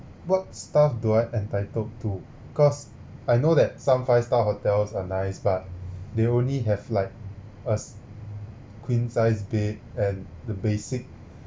what stuff do I entitled to cause I know that some five star hotels are nice but they only have like a s~ queen size bed and the basic